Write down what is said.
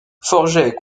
forget